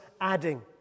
adding